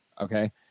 Okay